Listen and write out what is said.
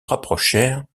rapprochèrent